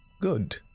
Good